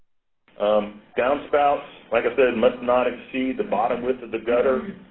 um downspouts, like i said, must not exceed the bottom width of the gutter.